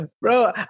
bro